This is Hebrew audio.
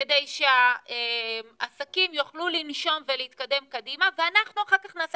כדי שהעסקים יוכלו לנשום ולהתקדם קדימה ואנחנו אחר כך נעשה